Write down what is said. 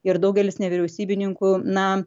ir daugelis nevyriausybininkų na